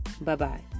Bye-bye